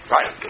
Right